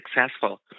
successful